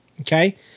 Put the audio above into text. Okay